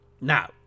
Now